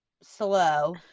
slow